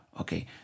okay